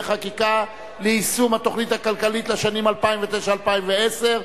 חקיקה ליישום התוכנית הכלכלית לשנים 2009 ו-2010)